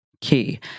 key